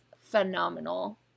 phenomenal